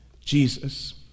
Jesus